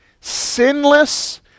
sinless